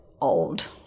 old